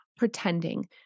pretending